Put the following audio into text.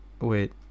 Wait